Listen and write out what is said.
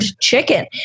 chicken